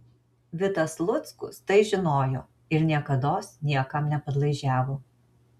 vitas luckus tai žinojo ir niekados niekam nepadlaižiavo